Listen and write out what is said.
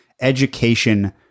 Education